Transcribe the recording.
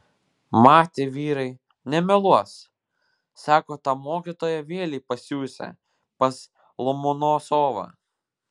matė vyrai nemeluos sako tą mokytoją vėlei pasiųsią pas lomonosovą